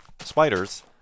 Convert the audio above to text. spiders